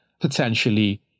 potentially